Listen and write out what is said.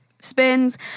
spins